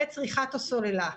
את צריכת הסוללה.